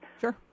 Sure